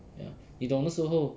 ya 你懂那时候